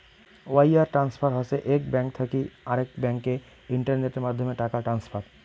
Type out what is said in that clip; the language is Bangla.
ওয়াইয়ার ট্রান্সফার হসে এক ব্যাঙ্ক থাকি আরেক ব্যাংকে ইন্টারনেটের মাধ্যমে টাকা ট্রান্সফার